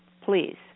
please